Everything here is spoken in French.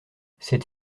cette